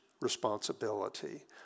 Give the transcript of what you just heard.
responsibility